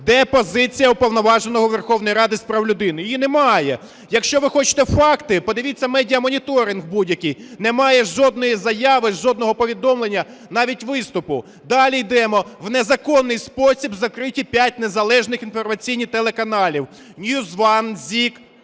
Де позиція Уповноваженого Верховної Ради з прав людини? Її немає. Якщо ви хочете факти, подивіться медіамоніторинг будь-який. Немає жодної заяви, жодного повідомлення, навіть виступу. Далі йдемо. В незаконний спосіб закриті п'ять незалежних інформаційних телеканалів: NewsOne, ZIK,